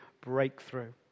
breakthrough